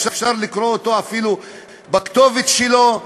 אפשר לקרוא אותו אפילו בכתובת שלו,